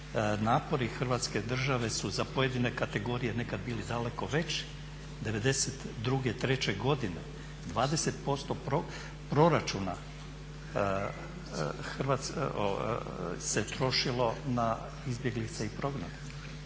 napori Hrvatske države su za pojedine kategorije nekad bili daleko veći. '92., '93. godine 20% proračuna se trošilo na izbjeglice i prognanike